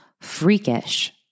freakish